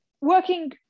working